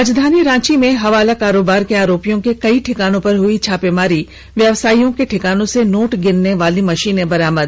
राजधानी रांची में हवाला कारोबार के आरोपियों के कई ठिकानों पर हई छापेमारी व्यवसायियों के ठिकानों से नोट गिनने वाली मशीन बरामद